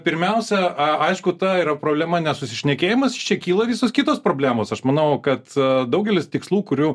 pirmiausia aišku ta yra problema nesusišnekėjimas čia kyla visos kitos problemos aš manau kad daugelis tikslų kurių